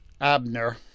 Abner